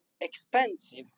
expensive